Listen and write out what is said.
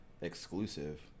exclusive